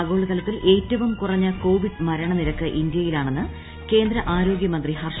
ആഗോളതലത്തിൽ ഏറ്റവും ക്ടൂറ്റ്ഞ്ഞ് കോവിഡ് മരണനിരക്ക് ഇന്തൃയിലാണെന്ന് കേന്ദ്ര ആരോഗ്യമന്ത്രി ഹർഷവർദ്ധൻ